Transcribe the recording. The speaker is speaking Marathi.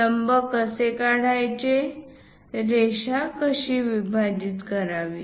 लंब कसे काढायचे रेषा कशी विभाजित करावी